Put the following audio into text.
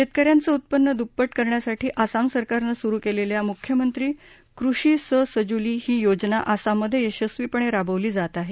शेतक यांचं उत्पन्न दुप्पट करण्यासाठी आसाम सरकारनं सुरु केलेल्या मुख्यमंत्री कृषी स सजुली ही योजना आसाममधे यशस्वीपणे राबवली जात आहे